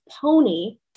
Pony